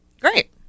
great